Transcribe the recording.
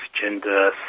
gender